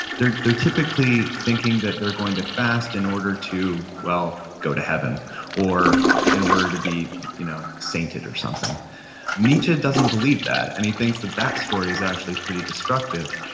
they're they're typically thinking that they're going to fast in order to, well, go to heaven or in order to be you know sainted or something nietzsche doesn't believe that, and he thinks that that story is actually petty destructive,